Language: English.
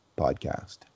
podcast